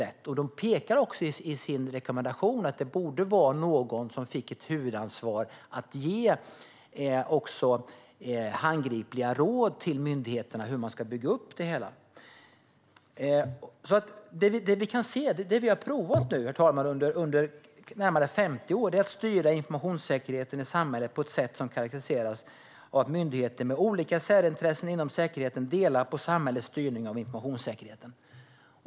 Riksrevisionen pekar i sin rekommendation på att någon borde få ett huvudansvar att ge myndigheterna handgripliga råd om hur de ska bygga upp det hela. Det vi nu har provat under närmare 50 år är att styra informationssäkerheten i samhället på ett sätt som karakteriseras av att myndigheter med olika särintressen inom säkerheten delar på styrningen.